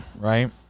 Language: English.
right